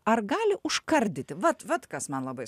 ar gali užkardyti vat vat kas man labai